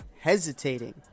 hesitating